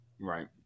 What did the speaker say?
right